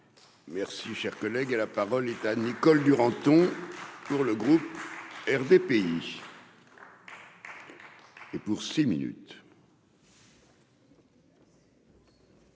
Merci, cher collègue, et la parole est à Nicole Duranton pour le groupe RDPI. Et pour ces minutes.